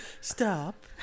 stop